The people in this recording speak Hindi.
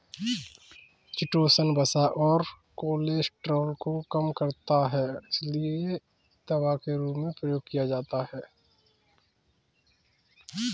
चिटोसन वसा और कोलेस्ट्रॉल को कम करता है और इसीलिए दवा के रूप में प्रयोग किया जाता है